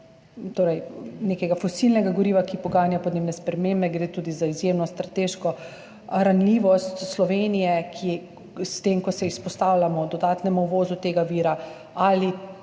nekega fosilnega goriva, ki poganja podnebne spremembe, gre tudi za izjemno strateško ranljivost Slovenije, ki s tem, ko se izpostavljamo dodatnemu uvozu tega vira, ali